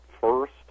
first